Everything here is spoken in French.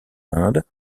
inde